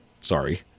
Sorry